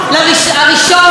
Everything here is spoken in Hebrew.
הראשון,